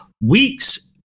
weeks